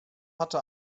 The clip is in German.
hatte